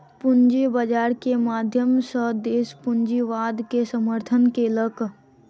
पूंजी बाजार के माध्यम सॅ देस पूंजीवाद के समर्थन केलक